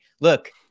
Look